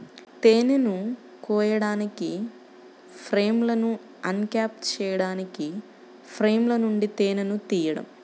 తేనెను కోయడానికి, ఫ్రేమ్లను అన్క్యాప్ చేయడానికి ఫ్రేమ్ల నుండి తేనెను తీయడం